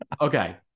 Okay